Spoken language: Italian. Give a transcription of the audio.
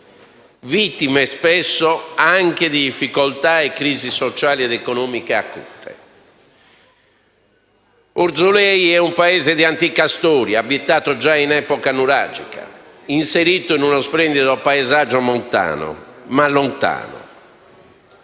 vittime spesso anche di difficoltà e crisi sociali ed economiche acute. Urzulei è un paese di antica storia, abitato già in epoca nuragica, inserito in uno splendido paesaggio montano, ma lontano.